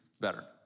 better